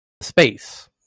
space